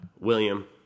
William